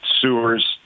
sewers